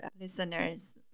listeners